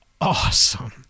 awesome